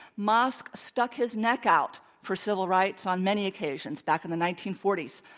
mosk stuck his neck out for civil rights on many occasions, back in the nineteen forty s,